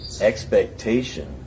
expectation